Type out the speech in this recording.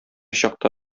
чакта